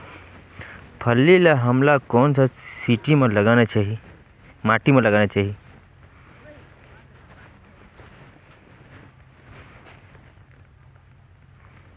फल्ली ल हमला कौन सा माटी मे लगाना चाही?